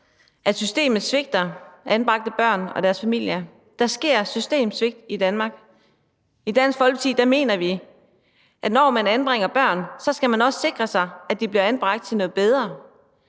at systemet svigter anbragte børn og deres familier, at der sker et systemsvigt i Danmark? I Dansk Folkeparti mener vi, at man, når man anbringer børn, så også skal sikre sig, at de bliver anbragt til noget bedre,